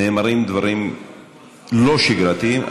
נאמרים דברים לא שגרתיים,